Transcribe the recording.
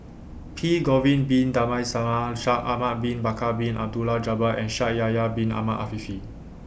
P Shaikh Ahmad Bin Bakar Bin Abdullah Jabbar and Shaikh Yahya Bin Ahmed Afifi